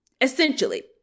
essentially